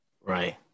Right